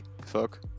fuck